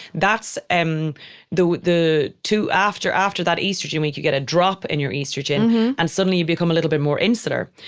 that's and the the two after, after that estrogen week you get a drop in your estrogen and suddenly you become a little bit more insular.